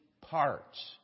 parts